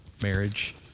marriage